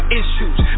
issues